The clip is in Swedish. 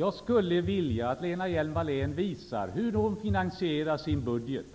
Jag skulle vilja att Lena Hjelm-Wallén visar hur hon finansierar sin budget.